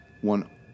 one